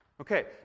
Okay